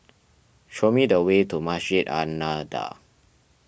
show me the way to Masjid An Nahdhah